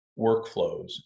workflows